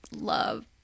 love